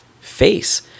face